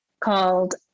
called